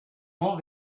molt